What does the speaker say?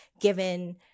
given